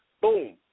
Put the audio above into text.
Boom